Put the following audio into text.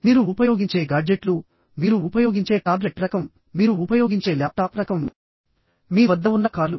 మీరు ఉపయోగించే గాడ్జెట్లు మీరు ఉపయోగించే టాబ్లెట్ రకం మీరు ఉపయోగించే ల్యాప్టాప్ రకం మీ వద్ద ఉన్న కార్లు